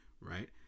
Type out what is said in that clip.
right